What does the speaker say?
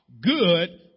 good